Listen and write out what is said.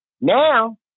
Now